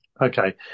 Okay